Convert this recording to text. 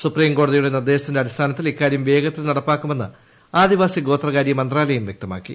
സുപ്രീംകോടതിയുടെ നിർദ്ദേശത്തിന്റെ അടിസ്ഥാനത്തിൽ ഇക്കാര്യം വേഗത്തിൽ നടപ്പാക്കുമെന്ന് ആദിവാസി ഗോത്രകാര്യ മന്ത്രാലയം വ്യക്തമാക്കി